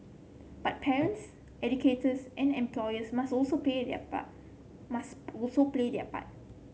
but parents educators and employers must also play their part must also play their part